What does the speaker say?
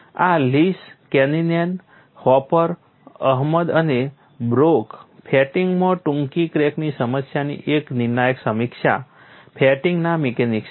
આ Lees Kanninen Hopper Ahmad અને Brock ફેટિગમાં ટૂંકી ક્રેકની સમસ્યાની એક નિર્ણાયક સમીક્ષા ફેટિગના મિકેનિક્સ છે